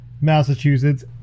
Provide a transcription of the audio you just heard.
Massachusetts